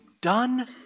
done